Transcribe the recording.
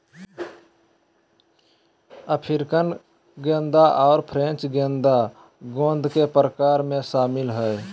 African गेंदा और French गेंदा गेंदा के प्रकार में शामिल हइ